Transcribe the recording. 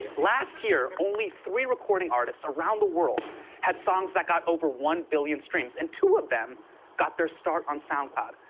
last year, only three recording artists around the world had songs that got over one billion streams, and two of them got their start on soundcloud.